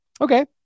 okay